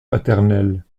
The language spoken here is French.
paternelle